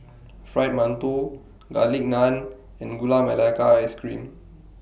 Fried mantou Garlic Naan and Gula Melaka Ice Cream